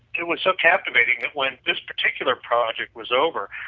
it was so captivating it went this particular project was over.